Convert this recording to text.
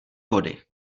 vody